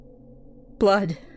Blood